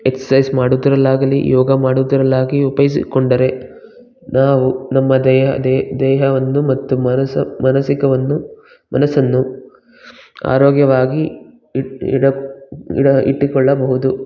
exercise ಮಾಡುವುದರಲ್ಲಾಗಲಿ ಯೋಗ ಮಾಡುವುದರಲ್ಲಾಗಿಯೂ ಉಪಯೋಗಿಸಿಕೊಂಡರೆ ನಾವು ನಮ್ಮ ದೈ ದೈ ದೇಹವನ್ನು ಮತ್ತು ಮಾನಸ ಮನಸಿಕವನ್ನು ಮನಸನ್ನು ಆರೋಗ್ಯವಾಗಿ ಇಟ್ಟು ಇಡ ಇಡ ಇಟ್ಟುಕೊಳ್ಳಬಹುದು